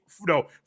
no